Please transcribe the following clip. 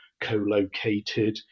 co-located